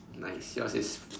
nice yours is